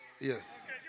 yes